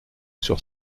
sur